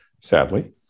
sadly